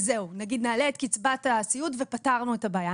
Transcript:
וזהו, נגיד נעלה את קצבת הסיעוד ופתרנו את הבעיה.